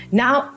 now